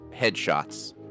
headshots